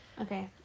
Okay